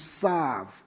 serve